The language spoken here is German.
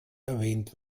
erwähnt